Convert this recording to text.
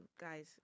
guys